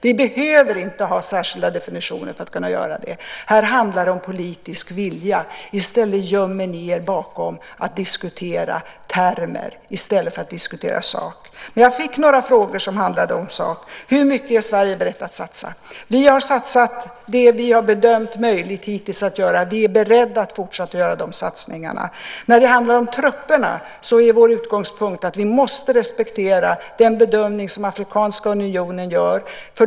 Vi behöver inte ha särskilda definitioner för att kunna göra det. Här handlar det om politisk vilja. Ni gömmer er bakom att diskutera termer i stället för att diskutera i sak. Men jag fick några frågor som handlade om saken. Hur mycket är Sverige berett att satsa? Vi har satsat det vi hittills har bedömt som möjligt att satsa. Vi är beredda att fortsätta göra de satsningarna. När det handlar om trupperna är vår utgångspunkt att vi måste respektera den bedömning som Afrikanska unionen gör.